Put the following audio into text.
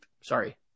sorry